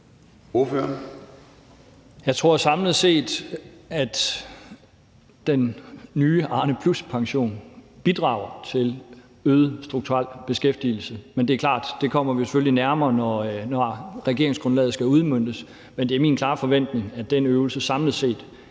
Jeg tror samlet set, at den nye Arnepluspension bidrager til en øget strukturel beskæftigelse, men det er selvfølgelig klart, at vi kommer det nærmere, når regeringsgrundlaget skal udmøntes. Men det er min klare forventning, at den øvelse samlet set